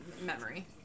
memory